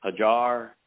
Hajar